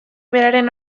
beraren